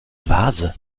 vase